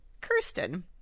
Kirsten